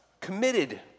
committed